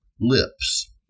lips